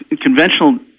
conventional